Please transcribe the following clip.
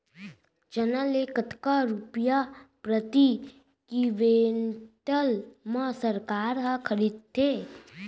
चना ल कतका रुपिया प्रति क्विंटल म सरकार ह खरीदथे?